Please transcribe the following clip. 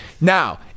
Now